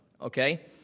okay